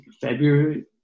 February